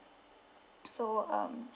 so um